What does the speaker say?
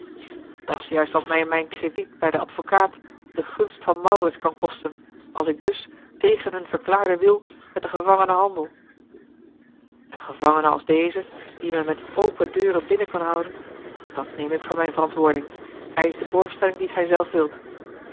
verplaatsing dat's juist wat mij mijn krediet bij den advocaat de gunst a l g bosboom-toussaint de delftsche wonderdokter eel van maurits kan kosten als ik dus tegen hun verklaarden wil met den gevangene handel een gevangene als deze die men met open deuren binnen kan houden dat neem ik voor mijne verantwoording eisch de borgstelling die gij zelf wilt